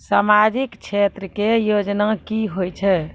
समाजिक क्षेत्र के योजना की होय छै?